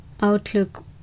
outlook